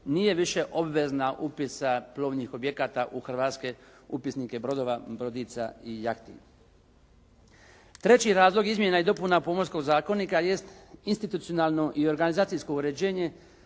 nije više obvezna plovnih objekata u hrvatske upisnike brodova, brodica i jahti. Treći razlog izmjena i dopuna Pomorskog zakonika jest institucionalno i organizacijsko uređenje